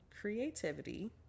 Creativity